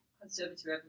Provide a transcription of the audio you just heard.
conservative